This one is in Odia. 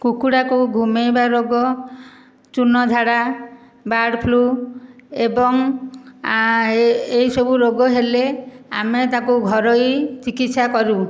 କୁକୁଡ଼ାକୁ ଘୁମେଇବା ରୋଗ ଚୂନ ଝାଡ଼ା ବାର୍ଡ଼ ଫ୍ଲୁ ଏବଂ ଏହିସବୁ ରୋଗ ହେଲେ ଆମେ ତାକୁ ଘରୋଇ ଚିକିତ୍ସା କରୁ